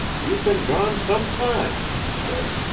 you've been gone some time, he said.